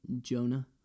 Jonah